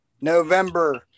November